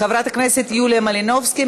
חברת הכנסת יוליה מלינובסקי,